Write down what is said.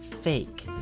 fake